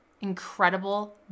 incredible